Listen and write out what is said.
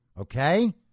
Okay